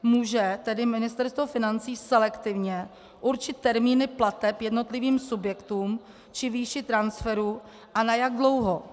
Může tedy Ministerstvo financí selektivně určit termíny plateb jednotlivým subjektům či výši transferů a na jak dlouho?